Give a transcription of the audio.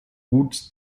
gut